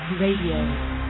Radio